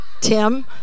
Tim